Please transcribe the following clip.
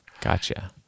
Gotcha